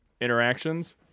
interactions